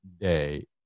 day